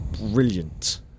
brilliant